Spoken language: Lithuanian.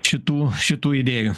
šitų šitų idėjų